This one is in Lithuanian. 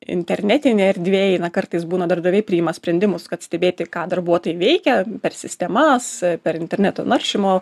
internetinėj erdvėj kartais būna darbdaviai priima sprendimus kad stebėti ką darbuotojai veikia per sistemas per interneto naršymo